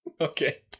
Okay